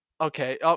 okay